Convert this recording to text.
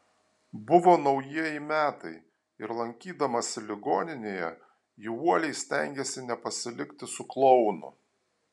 buvo naujieji metai ir lankydamasi ligoninėje ji uoliai stengėsi nepasilikti su klounu